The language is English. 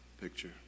picture